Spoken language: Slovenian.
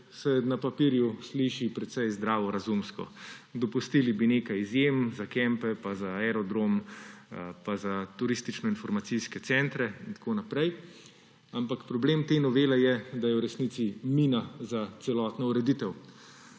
se na papirju sliši precej zdravorazumsko. Dopustili bi nekaj izjem za kampe, aerodrom, za turističnoinformacijske centre in tako naprej, ampak problem te novele je, da je v resnici mina za celotno ureditev.